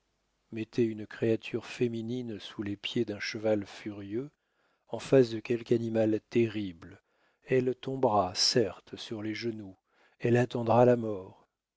mettez une créature féminine sous les pieds d'un cheval furieux en face de quelque animal terrible elle tombera certes sur les genoux elle attendra la mort